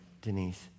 Denise